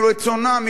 מרצונם,